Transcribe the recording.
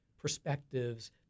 perspectives